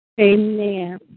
Amen